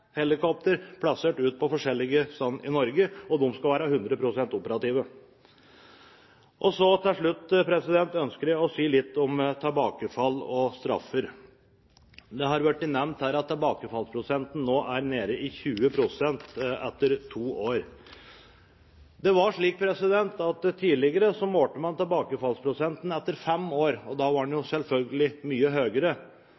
plassert ut på forskjellige steder i Norge, og de skal være 100 pst. operative. Så til slutt ønsker jeg å si litt om tilbakefall og straffer. Det har blitt nevnt her at tilbakefallsprosenten nå er nede i 20 pst. etter to år. Det var slik at tidligere målte man tilbakefallsprosenten etter fem år, og da var den